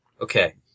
Okay